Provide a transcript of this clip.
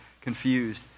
confused